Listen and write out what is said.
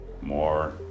more